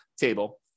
table